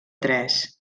tres